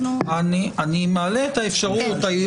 אנחנו --- אני מעלה את האפשרות.